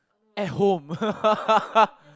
at home